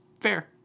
fair